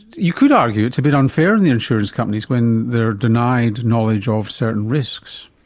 you could argue it's a bit unfair on the insurance companies when they're denied knowledge of certain risks.